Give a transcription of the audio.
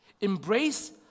Embrace